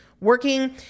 working